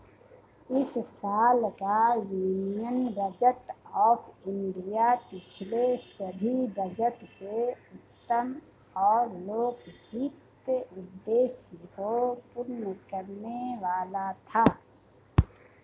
इस साल का यूनियन बजट ऑफ़ इंडिया पिछले सभी बजट से उत्तम और लोकहित उद्देश्य को पूर्ण करने वाला था